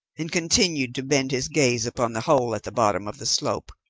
and continued to bend his gaze upon the hole at the bottom of the slope.